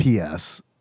PS